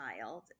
child